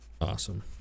Awesome